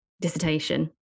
dissertation